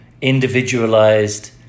individualized